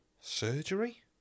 Surgery